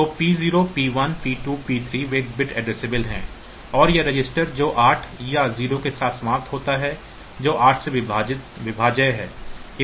तो P0 P1 P2 P3 वे bit addressable हैं और यह रजिस्टर जो 8 या 0 के साथ समाप्त होता है जो 8 से विभाज्य है